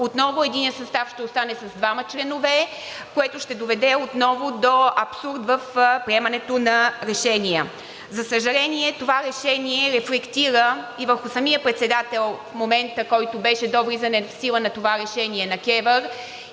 Отново единият състав ще остане с двама членове, което ще доведе отново до абсурд в приемането на решения. За съжаление, това решение рефлектира и върху самия председател в момента, който беше до влизане в сила на това решение на КЕВР.